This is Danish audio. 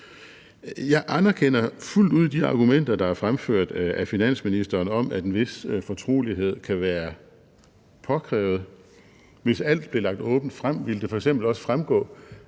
Jeg anerkender fuldt ud de argumenter, som har været fremført af finansministeren, om, at en vis fortrolighed kan være påkrævet. Hvis alt blev lagt åbent frem, ville det f.eks. også fremgå,